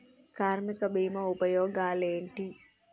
కార్మిక బీమా ఉపయోగాలేంటి?